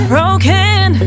Broken